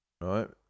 Right